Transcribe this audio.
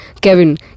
Kevin